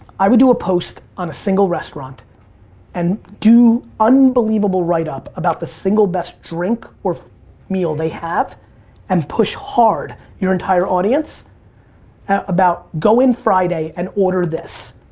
i would do a post on a single restaurant and do unbelievable writeup about the single best drink or meal they have and push hard your entire audience about go in friday and order this.